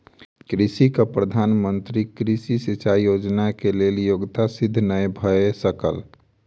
कृषकक प्रधान मंत्री कृषि सिचाई योजना के लेल योग्यता सिद्ध नै भ सकल